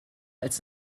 als